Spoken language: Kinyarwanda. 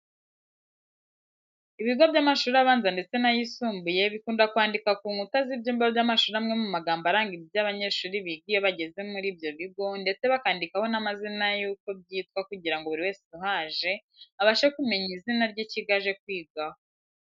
Ibigo by'amashuri abanza ndetse n'ayisumbuye bikunda kwandika ku nkuta z'ibyumba by'amashuri amwe mu magambo aranga ibyo abanyeshuri biga iyo bageze muri ibyo bigo ndetse bakandikaho n'amazina yuko byitwa kugira ngo buri wese uhaje abashe kumenya izina ry'ikigo aje kwigaho.